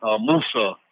Musa